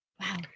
Wow